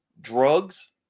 drugs